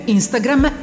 Instagram